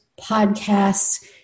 podcasts